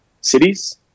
cities